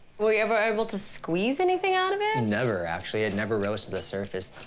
were you ever able to squeeze anything out of it? and never, actually. it never rose to the surface.